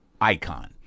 icon